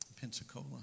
Pensacola